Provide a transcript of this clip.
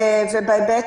ובהיבט